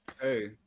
Hey